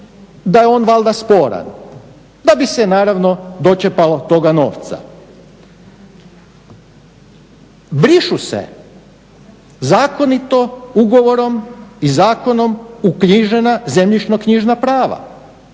da je on valjda sporan da bi se naravno dočepalo toga novca. Brišu se zakonito ugovorom i zakonom uknjižena zemljišno-knjižna prava.